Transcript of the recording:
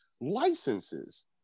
licenses